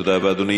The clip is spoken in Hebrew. תודה רבה, אדוני.